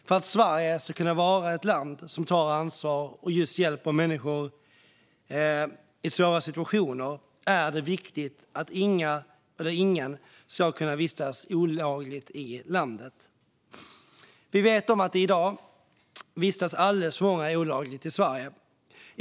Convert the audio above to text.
För att Sverige ska kunna vara ett land som tar ansvar och hjälper människor i svåra situationer är det viktigt att ingen ska kunna vistas olagligt i landet. Vi vet att det i dag vistas alldeles för många olagligt i Sverige.